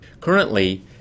Currently